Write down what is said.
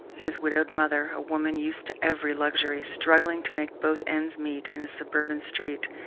his widowed mother, a woman used to every luxury, struggling to make both ends meet in a suburban street,